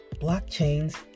blockchains